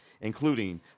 including